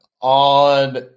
on